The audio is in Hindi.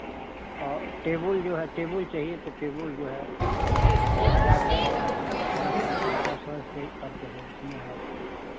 टेबुल जो है टेबुल चाहिए तो टेबुल जो है हज़ार रुपये आठ सौ रुपये अपन बारह सौ ऐसे ही करके है उसमें है